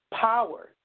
power